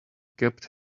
kept